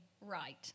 right